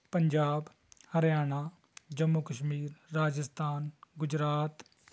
Punjab Haryana Jammu Kashmir Rajasthan Gujarat